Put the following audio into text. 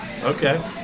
Okay